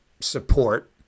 support